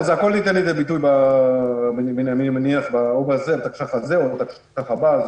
הכל יובא לידי ביטוי בתקש"ח הזה או בתקש"ח הבא.